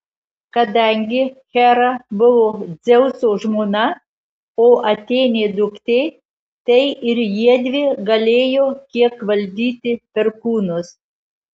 kadangi hera buvo dzeuso žmona o atėnė duktė tai ir jiedvi galėjo kiek valdyti perkūnus